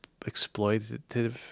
exploitative